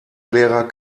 lehrer